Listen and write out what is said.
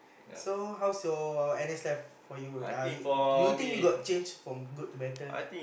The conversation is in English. so how's your N_S life for you uh you think you got change from good to better